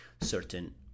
certain